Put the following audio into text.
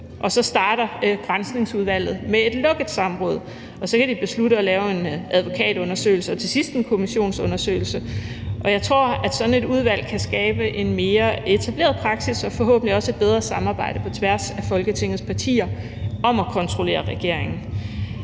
og så starter Granskningsudvalget med et lukket samråd. Og så kan de beslutte at lave en advokatundersøgelse og til sidste en kommissionsundersøgelse. Jeg tror, at sådan et udvalg kan skabe en mere etableret praksis og forhåbentlig også et bedre samarbejde på tværs af Folketingets partier om at kontrollere regeringen.